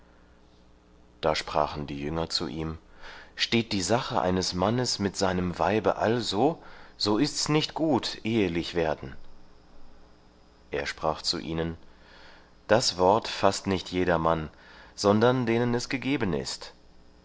da sprachen die jünger zu ihm steht die sache eines mannes mit seinem weibe also so ist's nicht gut ehelich werden er sprach zu ihnen das wort faßt nicht jedermann sondern denen es gegeben ist